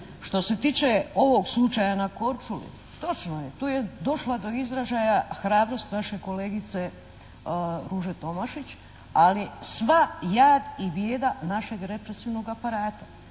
Što se tiče ovog slučaja na Korčuli, točno je, tu je došla do izražaja hrabrost vaše kolegice Ruže Tomašić, ali sva jad i bijeda našeg represivnog aparata,